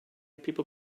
people